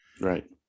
Right